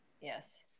Yes